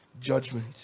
judgment